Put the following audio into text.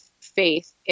faith